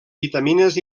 vitamines